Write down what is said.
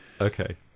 Okay